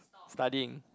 studying